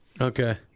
Okay